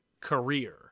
career